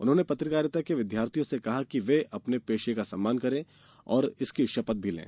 उन्होंने पत्रकारिता के विद्यार्थियों से कहा कि वे अपने पेशे का सम्मान करें और इसकी शपथ भी लें